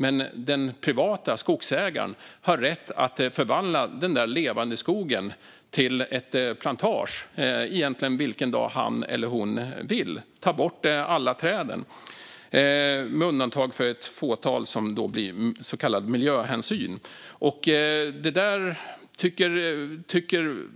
Men den privata skogsägaren har rätt att förvandla den levande skogen till en plantage, egentligen vilken dag han eller hon vill, och ta bort alla träden - med undantag för ett fåtal, som blir så kallad miljöhänsyn.